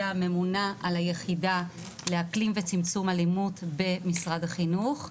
הממונה על היחידה לאקלים וצמצום אלימות במשרד החינוך.